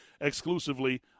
exclusively